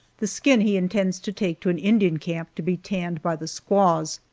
the skin he intends to take to an indian camp, to be tanned by the squaws.